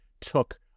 took